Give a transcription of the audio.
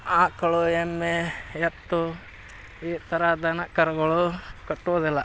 ಆಕಳು ಎಮ್ಮೆ ಎತ್ತು ಈ ಥರ ದನ ಕರುಗಳು ಕಟ್ಟೋದಿಲ್ಲ